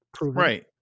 Right